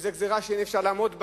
זאת גזירה שאי-אפשר לעמוד בה,